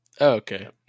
okay